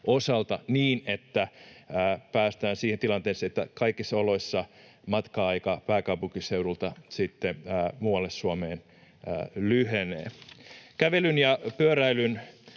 osalta niin, että päästään siihen tilanteeseen, että kaikissa oloissa matka-aika pääkaupunkiseudulta muualle Suomeen lyhenee. Kävelyn ja pyöräilyn